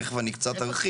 ותיכף אני קצת ארחיב,